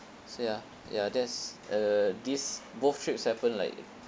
so ya ya that's uh these both trips happened like